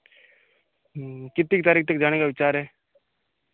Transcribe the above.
कितनी तारीख तक जाने का विचार है